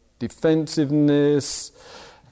defensiveness